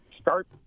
start